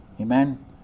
Amen